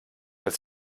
dass